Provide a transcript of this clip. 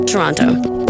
Toronto